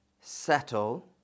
Settle